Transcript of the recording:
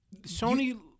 Sony